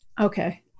okay